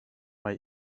mae